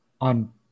on